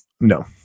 No